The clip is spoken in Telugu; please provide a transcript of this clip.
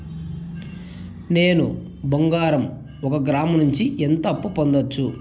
నేను బంగారం ఒక గ్రాము నుంచి ఎంత అప్పు పొందొచ్చు